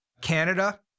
Canada